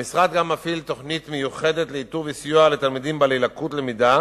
המשרד גם מפעיל תוכנית מיוחדת לאיתור תלמידים בעלי לקות למידה